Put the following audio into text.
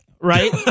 right